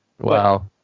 Wow